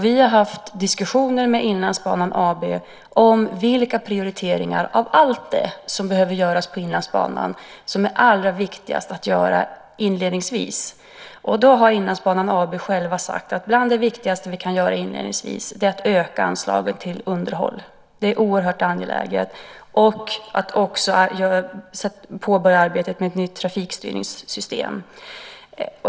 Vi har haft diskussioner med Inlandsbanan AB om vilka prioriteringar av allt det som behöver göras på Inlandsbanan som är allra viktigast att göra inledningsvis. Då har man från Inlandsbanan AB själv sagt att bland det viktigaste som vi kan göra inledningsvis är att öka anslaget till underhåll. Det är oerhört angeläget. Därtill kommer att påbörja arbetet med ett nytt trafikstyrningssystem.